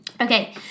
Okay